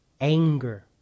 anger